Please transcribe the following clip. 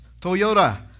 Toyota